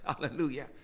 Hallelujah